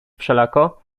wszelako